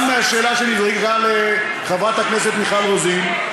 גם השאלה שנזרקה לחברת הכנסת מיכל רוזין,